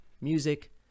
music